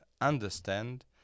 understand